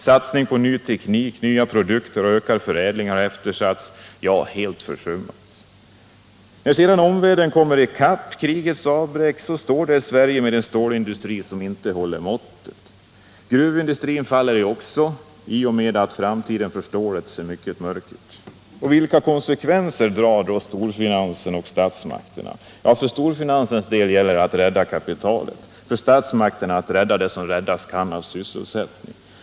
Satsning på ny teknik, nya produkter och ökad förädling har eftersatts, ja, helt försummats. När sedan omvärlden kommer i kapp efter krigets avbräck, står Sverige där med en stålindustri som inte håller måttet. Också gruvindustrin faller i och med att framtiden för stålet ser mycket mörk ut. Vilka konsekvenser drar då storfinansen och statsmakterna? För stor finansen gäller det att rädda kapitalet, för statsmakterna att rädda det som räddas kan av sysselsättningen.